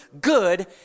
good